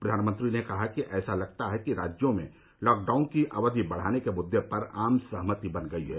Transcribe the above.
प्रधानमंत्री ने कहा कि ऐसा लगता है कि राज्यों में लॉकडाउन की अवधि बढ़ाने के मुददे पर आम सहमति बन गई है